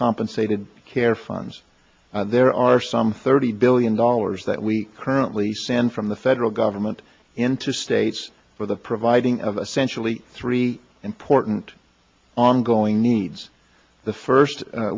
compensated care funds there are some thirty billion dollars that we currently sand from the federal government into states for the providing of essential e three important ongoing needs the first